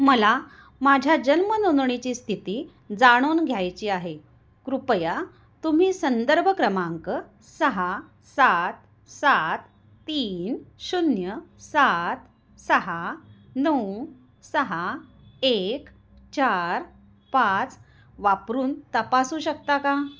मला माझ्या जन्मनोंदणीची स्थिती जाणून घ्यायची आहे कृपया तुम्ही संदर्भ क्रमांक सहा सात सात तीन शून्य सात सहा नऊ सहा एक चार पाच वापरून तपासू शकता का